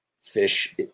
Fish